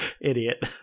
Idiot